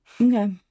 Okay